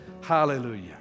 Hallelujah